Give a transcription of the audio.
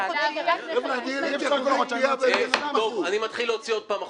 --- אני מתחיל להוציא עוד פעם החוצה.